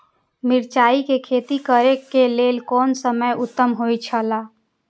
मिरचाई के खेती करे के लेल कोन समय उत्तम हुए छला?